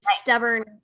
stubborn